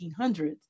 1800s